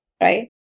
right